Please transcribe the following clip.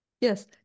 Yes